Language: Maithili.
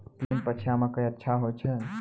तीन पछिया मकई अच्छा होय छै?